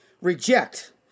Reject